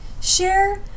share